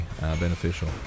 beneficial